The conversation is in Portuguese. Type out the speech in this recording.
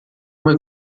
uma